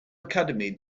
academy